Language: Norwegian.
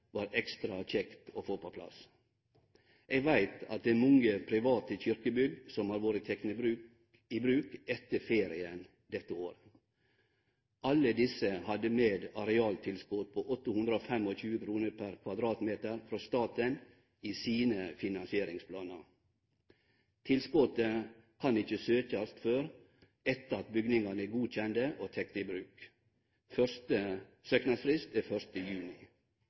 var det ekstra kjekt å få på plass. Eg veit at det er mange private kyrkjebygg som har vore tekne i bruk etter ferien dette året. Alle desse hadde med eit arealtilskot på 825 kr per m2 frå staten i sine finansieringsplanar. Tilskotet kan det ikkje søkjast om før etter at bygningane er godkjende og tekne i bruk, og søknadsfristen er 1. juni.